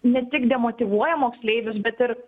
ne tik demotyvuoja moksleivius bet ir